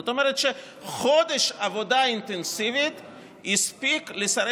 זאת אומרת שחודש של עבודה אינטנסיבית הספיק לשרי